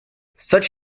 such